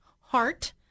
Heart